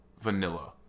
vanilla